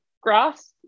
grass